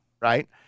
right